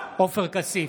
עופר כסיף,